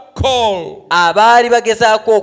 call